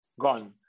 gone